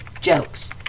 jokes